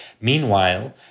Meanwhile